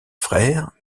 frères